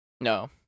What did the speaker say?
No